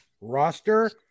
roster